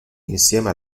insieme